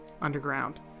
underground